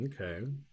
Okay